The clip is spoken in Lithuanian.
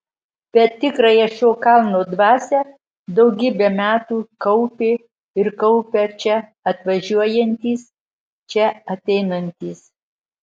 bet tikrąją šio kalno dvasią daugybę metų kaupė ir kaupia čia atvažiuojantys čia ateinantys